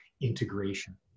integration